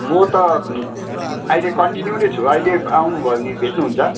म त अहिले कन्टिन्यू नै छु अहिले आउनु भयो भने भेट्नुहुन्छ